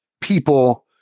people